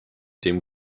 dem